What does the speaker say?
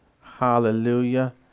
Hallelujah